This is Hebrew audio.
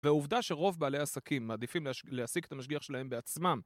ועובדה שרוב בעלי עסקים מעדיפים להש.. להשיג את המשגיח שלהם בעצמם.